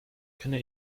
kenne